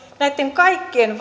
näitten kaikkien